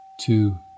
Two